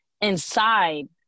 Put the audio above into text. inside